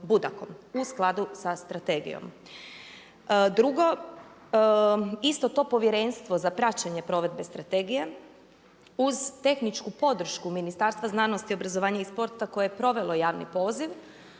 u skladu sa Strategijom. Drugo. Isto to Povjerenstvo za praćenje provedbe Strategije uz tehničku podršku Ministarstva znanosti, obrazovanja i sporta koje je provelo javni poziv